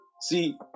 See